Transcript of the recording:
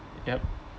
yup